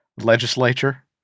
legislature